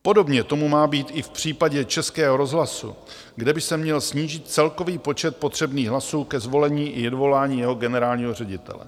Podobně tomu má být i v případě Českého rozhlasu, kde by se měl snížit celkový počet potřebných hlasů ke zvolení i odvolání jeho generálního ředitele.